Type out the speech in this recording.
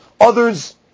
others